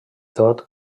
tot